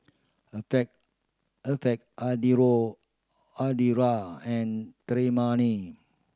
Alferd Alferd Eudora and Tremayne